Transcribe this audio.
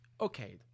okay